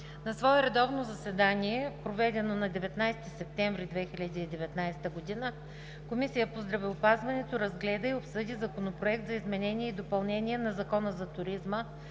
На свое редовно заседание, проведено на 19 септември 2019 г., Комисията по здравеопазването разгледа и обсъди Законопроект за изменение и допълнение на Закона за туризма,